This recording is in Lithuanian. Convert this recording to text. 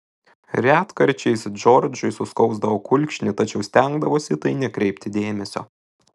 retkarčiais džordžui suskausdavo kulkšnį tačiau stengdavosi į tai nekreipti dėmesio